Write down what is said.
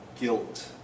guilt